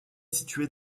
située